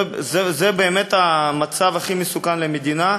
זה באמת המצב הכי מסוכן למדינה,